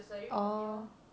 orh